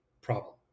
problem